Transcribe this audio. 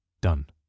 Done